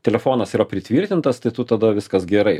telefonas yra pritvirtintas tai tu tada viskas gerai